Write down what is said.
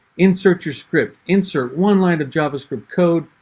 insert your script. insert one line of javascript code.